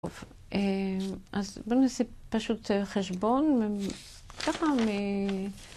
אז בואו נעשה פשוט חשבון.